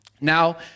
Now